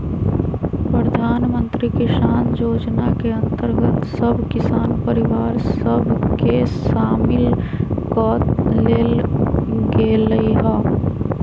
प्रधानमंत्री किसान जोजना के अंतर्गत सभ किसान परिवार सभ के सामिल क् लेल गेलइ ह